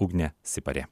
ugnė siparė